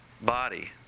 body